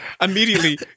immediately